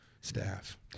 staff